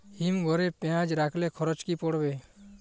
হিম ঘরে পেঁয়াজ রাখলে খরচ কি পড়বে?